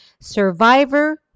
survivor